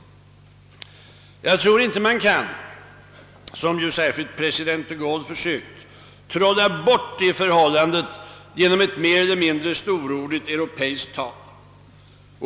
Jag tror inte man kan, som särskilt president de Gaulle försökt, trolla bort detta förhållande genom ett mer eller mindre storordigt europeiskt tal.